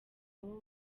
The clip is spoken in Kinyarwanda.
abo